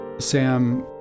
Sam